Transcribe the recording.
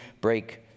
break